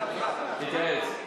תתייעץ.